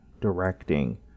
directing